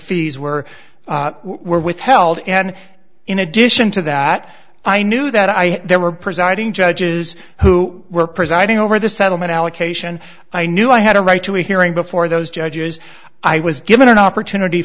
fees were were withheld and in addition to that i knew that i there were presiding judges who were presiding over the settlement allocation i knew i had a right to a hearing before those judges i was given an opportunity